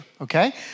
okay